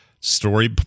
story